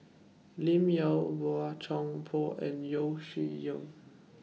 Lim Yau Boey Chuan Poh and Yeo Shih Yun